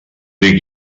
dic